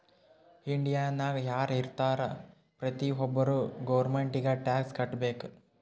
ಇಂಡಿಯಾನಾಗ್ ಯಾರ್ ಇರ್ತಾರ ಪ್ರತಿ ಒಬ್ಬರು ಗೌರ್ಮೆಂಟಿಗಿ ಟ್ಯಾಕ್ಸ್ ಕಟ್ಬೇಕ್